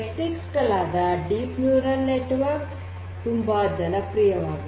ತಂತ್ರಗಳಾದ deep neural network ತುಂಬಾ ಜನಪ್ರಿಯವಾಗಿದೆ